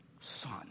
Son